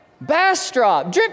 Bastrop